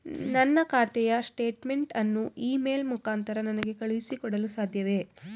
ನನ್ನ ಖಾತೆಯ ಸ್ಟೇಟ್ಮೆಂಟ್ ಅನ್ನು ಇ ಮೇಲ್ ಮುಖಾಂತರ ನನಗೆ ಕಳುಹಿಸಿ ಕೊಡಲು ಸಾಧ್ಯವೇ?